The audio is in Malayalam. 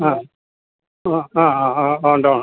ആ ആ ആ ആ ആ ഉണ്ട്